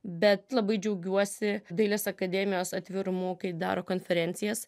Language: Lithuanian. bet labai džiaugiuosi dailės akademijos atvirumu kai daro konferencijas